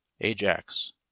ajax